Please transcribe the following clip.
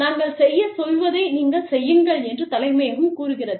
நாங்கள் செய்யச் சொல்வதை நீங்கள் செய்யுங்கள் என்று தலைமையகம் கூறுகிறது